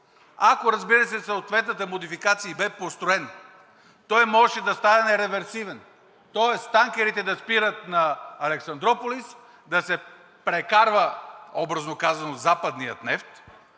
ако, разбира се, съответната модификация – и бе построен, той можеше да стане реверсивен, тоест танкерите да спират на Александруполис, да се прекарва, образно казано, западният нефт,